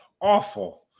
awful